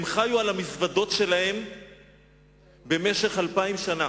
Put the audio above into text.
הם חיו על המזוודות שלהם במשך אלפיים שנה.